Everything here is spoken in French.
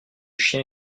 chien